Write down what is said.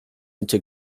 into